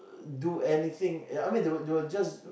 do anything ya I mean they would they would just